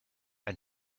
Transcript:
and